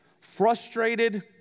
frustrated